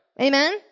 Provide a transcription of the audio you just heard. Amen